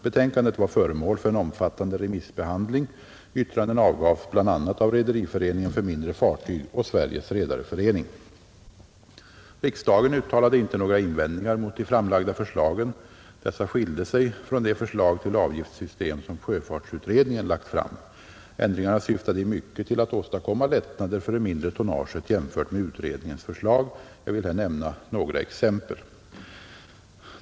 Betänkandet var föremål för en omfattande remissbehandling. Yttranden avgavs bl.a. av Rederiföreningen för mindre fartyg och Sveriges redareförening. Riksdagen uttalade inte några invändningar mot de framlagda förslagen. Dessa skilde sig från det förslag till avgiftssystem som sjöfartsutredningen lagt fram. Ändringarna syftade i mycket till att åstadkomma lättnader för det mindre tonnaget jämfört med utredningens förslag. Jag vill här nämna några exempel.